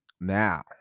now